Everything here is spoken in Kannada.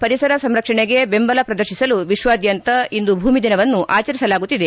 ಪರಿಸರ ಸಂರಕ್ಷಣೆಗೆ ಬೆಂಬಲ ಪ್ರದರ್ಶಿಸಲು ವಿಶ್ವಾದ್ಯಂತ ಇಂದು ಭೂಮಿ ದಿನವನ್ನು ಆಚರಿಸಲಾಗುತ್ತಿದೆ